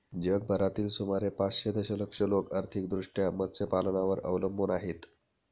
जगभरातील सुमारे पाचशे दशलक्ष लोक आर्थिकदृष्ट्या मत्स्यपालनावर अवलंबून आहेत